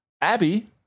Abby